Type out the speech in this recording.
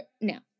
now